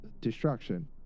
destruction